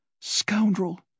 Scoundrel